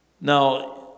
Now